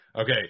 Okay